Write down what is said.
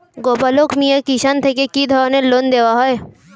গোপালক মিয়ে কিষান থেকে কি ধরনের লোন দেওয়া হয়?